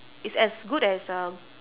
it's as good as uh